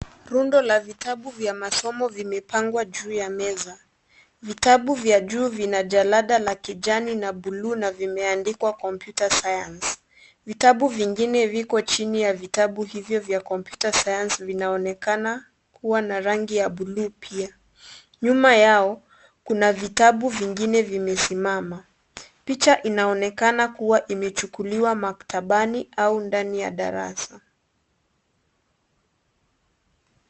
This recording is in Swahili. Rundo la vitabu vya masomo vimepangwa juu ya meza, vitabu vya juu vina jalada la kijani la bluu na vimeandikwa computer science , vitabu vingine viko chini ya vitabu hivo vya computer science vinaonekana kuwa na rangi ya bluu pia, nyuma yao kuna vitabu vingine vimesimama picha inaonekana kuwa imechukuliwa maktabani au ndani ya darasa.